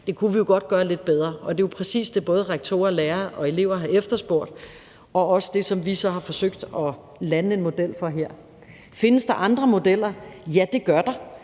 Det kunne vi jo godt gøre lidt bedre. Det er præcis det, både rektorer og lærere og elever har efterspurgt, og det er også det, som vi har forsøgt at lande en model for her. Kl. 13:08 Findes der andre modeller? Ja, det gør der.